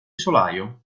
solaio